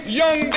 young